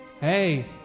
Hey